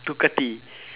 Ducati